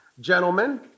Gentlemen